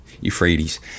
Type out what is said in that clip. Euphrates